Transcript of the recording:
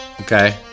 Okay